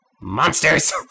monsters